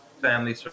family